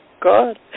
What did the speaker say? God